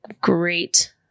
great